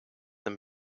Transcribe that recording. een